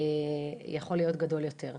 יכול להיות גדול יותר.